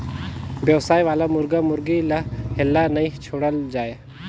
बेवसाय वाला मुरगा मुरगी ल हेल्ला नइ छोड़ल जाए